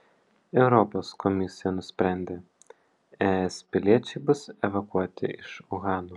europos komisija nusprendė es piliečiai bus evakuoti iš uhano